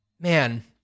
man